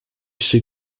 ceux